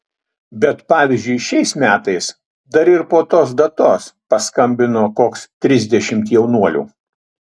bet pavyzdžiui šiais metais dar ir po tos datos paskambino koks trisdešimt jaunuolių